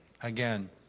again